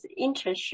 internship